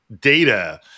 data